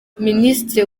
minisitiri